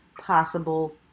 possible